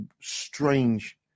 strange